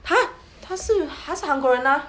!huh! 他是他是韩国人